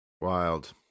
Wild